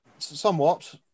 Somewhat